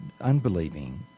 unbelieving